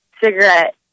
cigarette